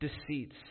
deceits